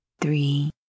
three